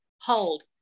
hold